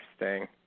interesting